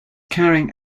carrying